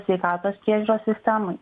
sveikatos priežiūros sistemai